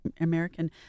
American